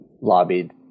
lobbied